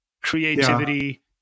creativity